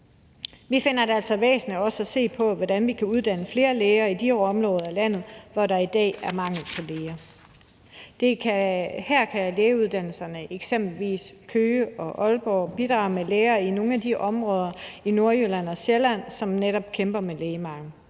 Vi finder det altså væsentligt også at se på, hvordan vi kan uddanne flere læger i de områder af landet, hvor der i dag er mangel på læger. Her kan lægeuddannelserne, eksempelvis i Køge og Aalborg, bidrage med læger i nogle af de områder i Nordjylland og på Sjælland, som netop kæmper med lægemangel.